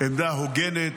עמדה הוגנת,